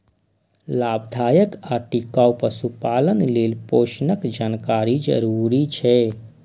लाभदायक आ टिकाउ पशुपालन लेल पोषणक जानकारी जरूरी छै